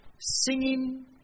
Singing